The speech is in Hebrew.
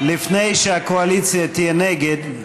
לפני שהקואליציה תהיה נגד,